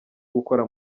gukora